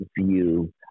View